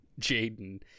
Jaden